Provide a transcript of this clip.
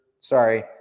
sorry